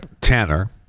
tanner